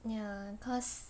ya cause